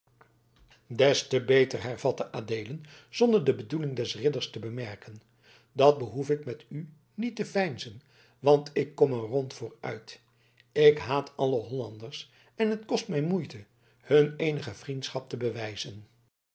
des te beter hervatte adeelen zonder de bedoeling des ridders te bemerken dan behoef ik met u niet te veinzen want ik kom er rond voor uit ik haat alle hollanders en het kost mij moeite hun eenige vriendschap te bewijzen